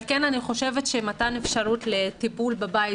על כן אני סבורה שמתן אפשרות לטיפול בבית